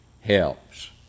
helps